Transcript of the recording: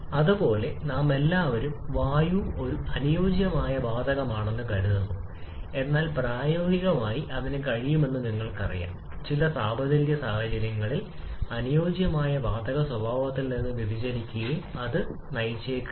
അല്ലെങ്കിൽ ഈ വ്യത്യാസം ചുവപ്പ് ആണെന്ന് നിങ്ങൾക്ക് പറയാം അനുയോജ്യമായ സൈക്കിൾ എയർ സ്റ്റാൻഡേർഡ് സൈക്കിളുകളുമായും പർപ്പിൾ ലൈൻ ഇന്ധന വായുവിനോടും യോജിക്കുന്നു സ്റ്റൈക്കിയോമെട്രിക് മിശ്രിതവുമായി പ്രവർത്തിക്കുന്ന സൈക്കിൾ